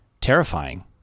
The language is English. terrifying